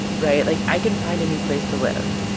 right? like, i can find a new place to live.